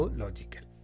logical